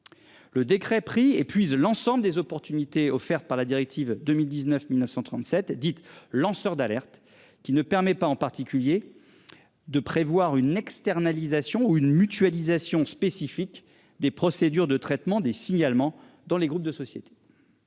Le décret pris épuise l'ensemble des opportunités offertes par la directive 2019 1937 dites lanceurs d'alerte qui ne permet pas en particulier. De prévoir une externalisation une mutualisation spécifique des procédures de traitement des signalements dans les groupes de société.